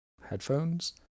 headphones